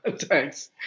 thanks